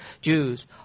Jews